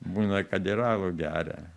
būna kad ir alų geria